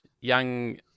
young